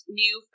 new